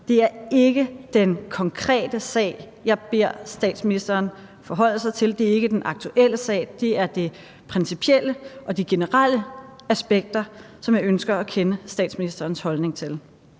at det ikke er den konkrete sag, jeg beder statsministeren forholde sig til, altså at det ikke er den aktuelle sag, men at det er det principielle og de generelle aspekter, som jeg ønsker at kende statsministerens holdning til.